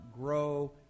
grow